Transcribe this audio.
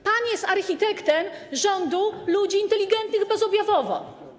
Pan jest architektem rządu ludzi inteligentnych bezobjawowo.